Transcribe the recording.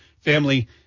family